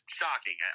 shocking